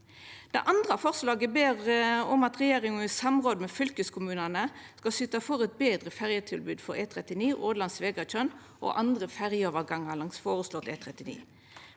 det andre framlegget ber ein om at regjeringa i samråd med fylkeskommunen skal syta for eit betre ferjetilbod for E39 Ådland–Svegatjørn og andre ferjeovergangar langs føreslått E39.